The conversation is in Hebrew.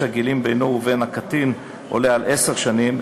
הגילים בינו ובין הקטין עולה על עשר שנים,